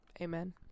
Amen